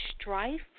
strife